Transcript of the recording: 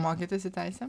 mokytis į teisę